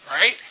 right